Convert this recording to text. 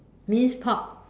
minced pork